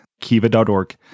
kiva.org